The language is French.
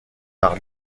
par